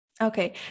Okay